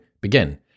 begin